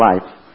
life